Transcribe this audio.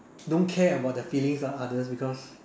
don't care about the feelings of others because